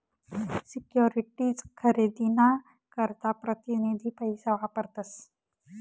securities खरेदी ना करता प्रतीनिधी पैसा वापरतस